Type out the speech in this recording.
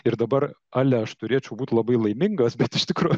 ir dabar ale aš turėčiau būt labai laimingas bet iš tikro